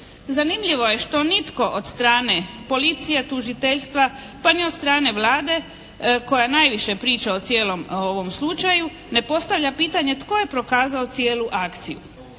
Zanimljivo je što nitko od strane policije, tužiteljstva, pa ni od strane Vlade koja najviše priča o cijelom ovom slučaju ne postavlja pitanje tko je prokazao cijelu akciju.